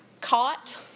caught